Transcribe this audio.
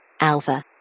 Alpha